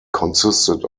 consisted